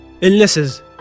illnesses